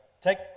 take